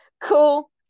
Cool